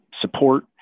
support